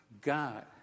God